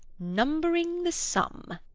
numbering the sum.